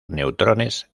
neutrones